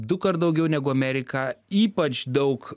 du kart daugiau negu amerika ypač daug